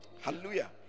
Hallelujah